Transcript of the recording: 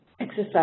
exercise